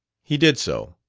he did so.